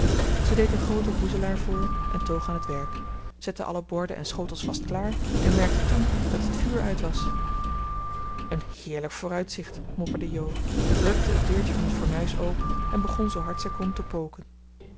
ze deed een grooten boezelaar voor en toog aan het werk zette alle borden en schotels vast klaar en merkte toen dat het vuur uit was een heerlijk vooruitzicht mopperde jo rukte het deurtje van het fornuis open en begon zoo hard zij kon te poken